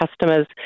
customers